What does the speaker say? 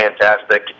fantastic